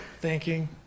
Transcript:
thanking